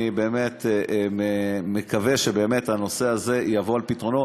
אני באמת מקווה שהנושא הזה יבוא על פתרונו.